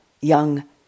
young